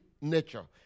nature